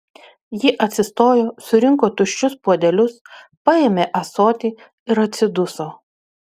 ji atsistojo surinko tuščius puodelius paėmė ąsotį ir atsiduso